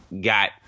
got